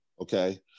Okay